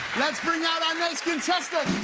let's bring out our next contestant!